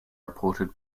reported